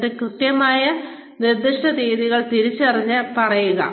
എന്നിട്ട് കൃത്യമായ നിർദ്ദിഷ്ട തീയതികൾ തിരിച്ചറിഞ്ഞ് പറയുക